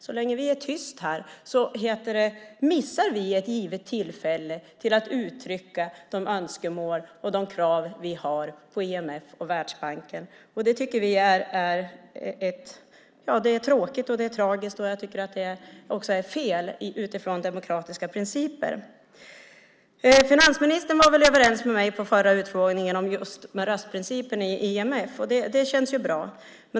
Så länge vi är tysta missar vi ett givet tillfälle till att uttrycka de önskemål och krav vi har på IMF och Världsbanken. Det är tråkigt och tragiskt. Det är också fel utifrån demokratiska principer. Finansministern var överens med mig vid förra utfrågningen om röstprincipen i IMF. Det känns bra.